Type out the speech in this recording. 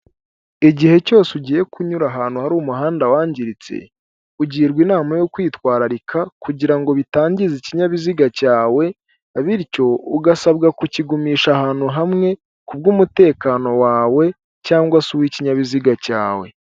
Igihe cyose ugiye kunyura ahantu hari umuhanda wangiritse, ugirwa inama yo kwitwararika kugira ngo bitangize ikinyabiziga cyawe, bityo ugasabwa kukigumisha ahantu hamwe kubwo umutekano wawe cyangwa se uw'ikinyabiziga cyawe.